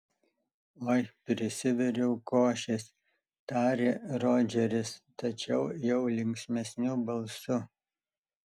oi prisiviriau košės tarė rodžeris tačiau jau linksmesniu balsu